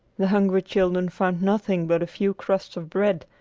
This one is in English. the hungry children found nothing but a few crusts of bread,